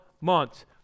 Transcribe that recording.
months